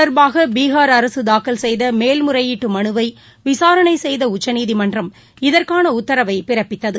தொடர்பாகபீகார் அரசுதாக்கல் செய்தமேல்முறையீட்டுமனுவைவிசாரணைசெய்தஉச்சநீதிமன்றம் இது இதற்கானஉத்தரவைபிறப்பித்தது